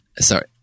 Sorry